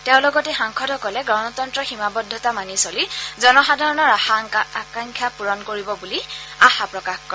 তেওঁ লগতে সাংসদসকলে গণতন্তৰৰ সীমাবদ্ধতা মানি চলি জনসাধাৰণৰ আশা আকাংক্ষা পূৰণ কৰিব বুলি আশা প্ৰকাশ কৰে